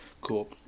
Cool